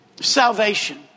salvation